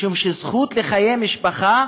משום שזכות לחיי משפחה